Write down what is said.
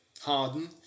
Harden